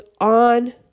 on